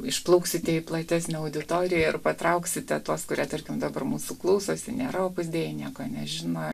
išplauksite į platesnę auditoriją ir patrauksite tuos kurie tarkim dabar mūsų klausosi nėra opus dei nieko nežino